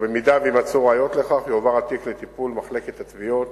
ואם יימצאו ראיות יועבר התיק לטיפול מחלקת התביעות